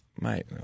mate